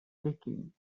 taking